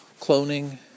cloning